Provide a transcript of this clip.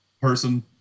person